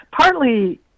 partly